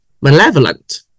malevolent